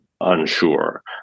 unsure